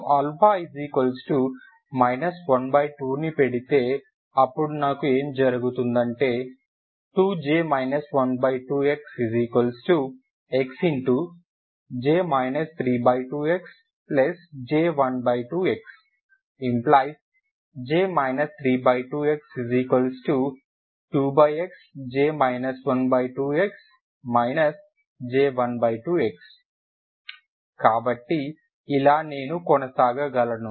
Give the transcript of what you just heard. నేను α 12 ని పెడితే అప్పుడు నాకు ఏమి జరుగుతుందంటే 2J 12 xxJ 32xJ12x ⇒ J 32 x2xJ 12x J12x కాబట్టి ఇలా నేను కొనసాగగలను